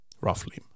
roughly